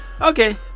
okay